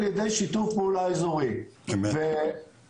צוהריים טובים לכולם, תודה על הדיון.